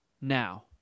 now